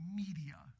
media